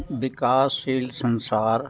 ਵਿਕਾਸਸ਼ੀਲ ਸੰਸਾਰ